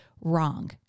wrong